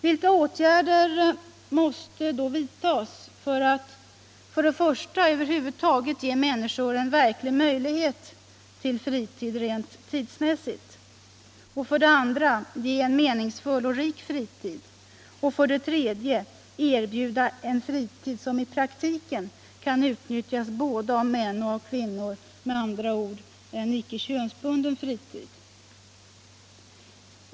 Vilka åtgärder måste då vidtas för att för det första över huvud taget ge människor en verklig möjlighet till fritid rent tidsmässigt, för det andra ge tillfälle till en meningsfull och rik fritid och för det tredje erbjuda en fritid som i praktiken kan utnyttjas både av män och av kvinnor, med andra ord, en icke-könsbunden fritid?